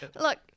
Look